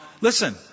Listen